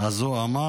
אז הוא אמר.